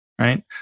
right